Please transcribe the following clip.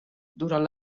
durant